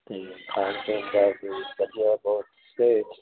ਅਤੇ